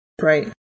right